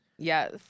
yes